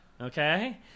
Okay